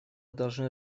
должны